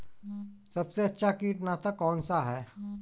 सबसे अच्छा कीटनाशक कौनसा है?